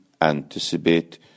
anticipate